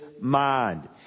mind